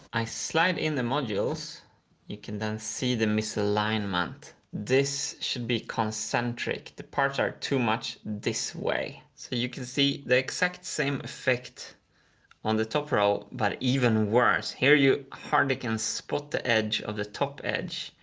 i slide in the modules you can then see the misalignment. this should be concentric the parts are too much this way. so you can see there exact same effect on the top row but even worse. here you hardly can spot the edge of the top edge.